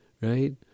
right